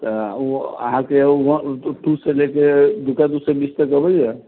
तऽ ओ अहाँके टू से लेके दूका दू सँ बीस तक अबैया